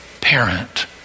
parent